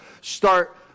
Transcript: start